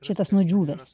šitas nudžiūvęs